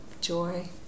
joy